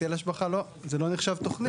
הטל השבחה לא, זה לא נחשב תכנית.